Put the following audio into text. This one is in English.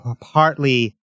partly